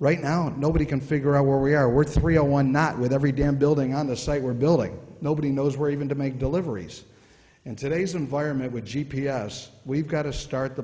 right now and nobody can figure out where we are we're three zero one not with every damn building on the site we're building nobody knows where even to make deliveries in today's environment with g p s we've got to start the